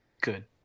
Good